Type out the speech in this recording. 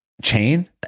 chain